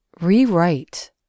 rewrite